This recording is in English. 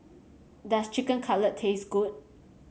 does Chicken Cutlet taste good